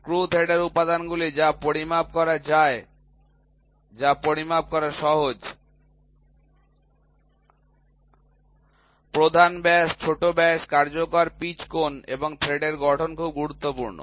screw thread এর উপাদানগুলি যা পরিমাপ করা যায় বা যা পরিমাপ করা সহজ প্রধান ব্যাস ছোট ব্যাস কার্যকর পিচ কোণ এবং থ্রেডের গঠন খুব গুরুত্বপূর্ণ